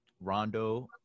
Rondo